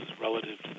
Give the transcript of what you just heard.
relative